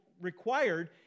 required